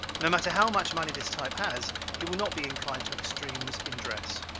no matter how much money this type has he will not be inclined to extremes in dress.